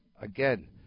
again